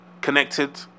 connected